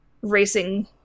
racing